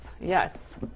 Yes